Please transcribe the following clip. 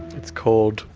it's called,